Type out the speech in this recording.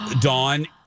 Dawn